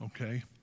okay